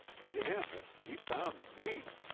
damn it! he found me.